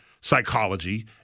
psychology